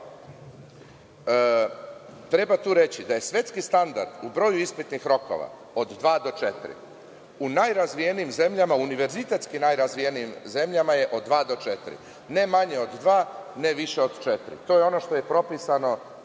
treba tu reći, da je svetski standard u broju ispitnih rokova od dva do četiri, u najrazvijenijim zemljama, univerzitetski najrazvijenijim zemljama je od dva do četiri, ne manje od dva, ne više od četiri. To je ono što je propisano,